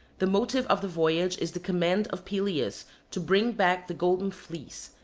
the motive of the voyage is the command of pelias to bring back the golden fleece,